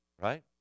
right